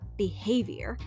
behavior